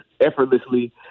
effortlessly